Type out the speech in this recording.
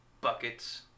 Buckets